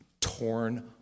Torn